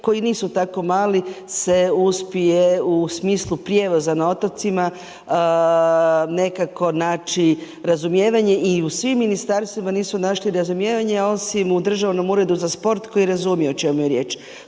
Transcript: koji nisu tako mali, se uspije, u smislu prijevoza na otocima, nekako naći razumijevanje i u svim ministarstvima nisu naći razumijevanje, osim u državnom uredu za sport koji razumije o čemu je riječ.